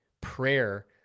prayer